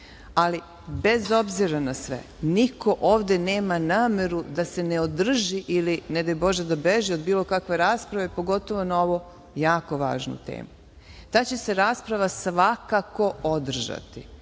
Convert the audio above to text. ali bez obzira na sve – niko ovde nema nameru da se ne održi ili, ne daj Bože, da beži od bilo kakve rasprave pogotovo na ovu jako važnu temu. Ta će se rasprava svakako održati,